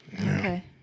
Okay